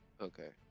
Okay